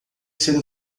ser